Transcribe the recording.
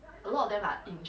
mm